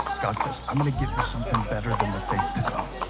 god says i'm gonna give you something better than the faith to go